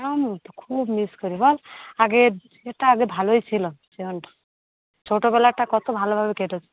আমিও তো খুব মিস করি বল আগের এটা আগে ভালোই ছিলো যেরকম ছোটোবেলাটা কত ভালোভাবে কেটেছে